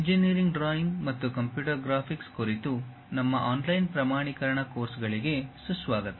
engineering drawing ಮತ್ತು computer graphics ಕುರಿತು ನಮ್ಮ ಆನ್ಲೈನ್ ಪ್ರಮಾಣೀಕರಣ ಕೋರ್ಸ್ಗಳಿಗೆ ಸುಸ್ವಾಗತ